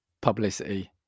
publicity